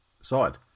side